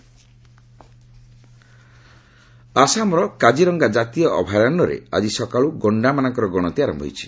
Assam rhino census ଆସାମର କାଜିରଙ୍ଗା ଜାତୀୟ ଅଭୟାରଣ୍ୟରେ ଆଜି ସକାଳ ଗଣ୍ଡାମାନଙ୍କର ଗଣତି ଆରମ୍ଭ ହୋଇଛି